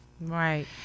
Right